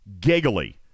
giggly